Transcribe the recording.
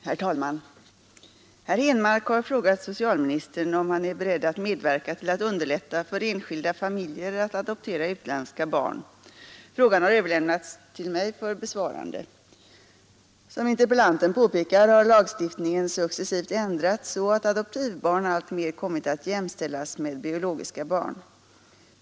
Herr talman! Herr Henmark har frågat socialministern om han är beredd att medverka till att underlätta för enskilda familjer att adoptera utländska barn. Frågan har överlämnats till mig för besvarande. Som interpellanten påpekar har lagstiftningen successivt ändrats så att adoptivbarn alltmer kommit att jämställas med biologiska barn.